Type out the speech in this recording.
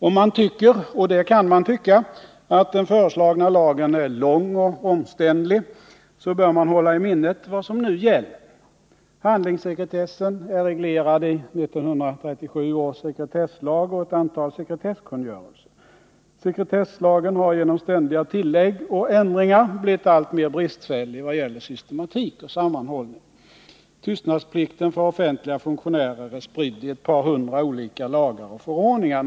Om man tycker — och det kan man tycka — att den föreslagna lagen är lång och omständlig, så bör man hålla i minnet vad som nu gäller. Handlingssekretessen är reglerad i 1937 års sekretesslag och ett antal sekretesskungörelser. Sekretesslagen har genom ständiga tillägg och ändringar blivit alltmer bristfällig i fråga om systematik och sammanhållning. Vad som gäller om tystnadsplikten för offentliga funktionärer är spritt i ett par hundra olika lagar och förordningar.